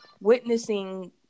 witnessing